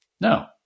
No